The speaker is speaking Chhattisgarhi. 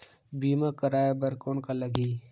बीमा कराय बर कौन का लगही?